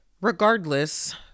Regardless